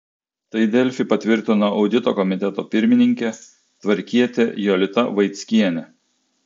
tai delfi patvirtino audito komiteto pirmininkė tvarkietė jolita vaickienė